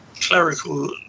clerical